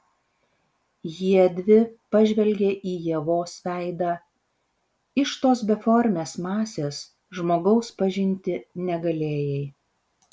jiedvi pažvelgė į ievos veidą iš tos beformės masės žmogaus pažinti negalėjai